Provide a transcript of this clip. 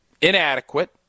inadequate